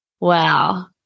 Wow